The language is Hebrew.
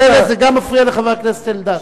זה מפריע גם לחבר הכנסת אלדד.